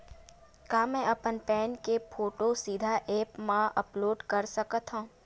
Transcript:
का मैं अपन पैन के फोटू सीधा ऐप मा अपलोड कर सकथव?